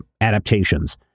adaptations